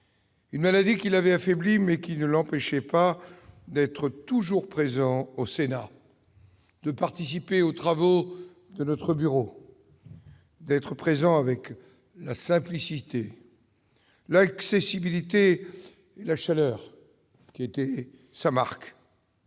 une maladie qui l'avait affaibli, mais ne l'empêchait pas d'être toujours présent au Sénat, de participer aux travaux de notre bureau, avec la simplicité, l'accessibilité et la chaleur qui ont toujours